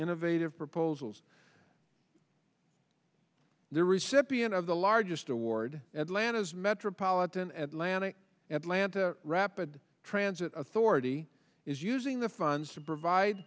innovative proposals the recipient of the largest award at lanas metropolitan atlanta atlanta rapid transit authority is using the funds to provide